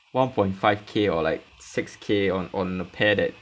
one point five K or like six K on on a pair that